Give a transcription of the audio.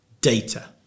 data